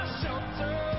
shelter